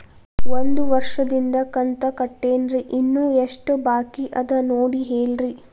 ಒಂದು ವರ್ಷದಿಂದ ಕಂತ ಕಟ್ಟೇನ್ರಿ ಇನ್ನು ಎಷ್ಟ ಬಾಕಿ ಅದ ನೋಡಿ ಹೇಳ್ರಿ